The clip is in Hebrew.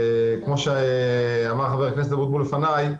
כמו שאמר חבר הכנסת אבוטבול לפניי,